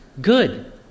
good